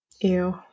Ew